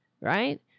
right